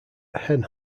hen